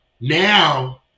Now